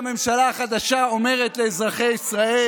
זה מה שהממשלה החדשה אומרת לאזרחי ישראל.